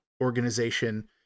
organization